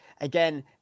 again